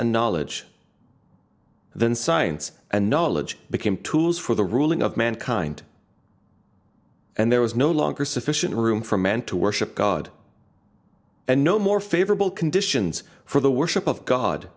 and knowledge then science and knowledge became tools for the ruling of mankind and there was no longer sufficient room for man to worship god and no more favorable conditions for the worship of god